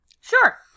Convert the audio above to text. sure